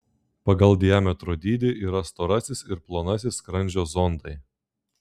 pagal diametro dydį yra storasis ir plonasis skrandžio zondai